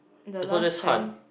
the last Chinese